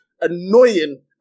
annoying